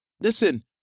Listen